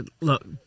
look